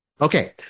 Okay